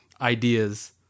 ideas